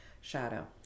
shadow